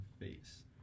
face